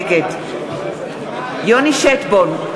נגד יוני שטבון,